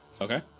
Okay